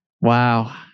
Wow